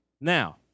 Now